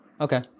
Okay